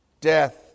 death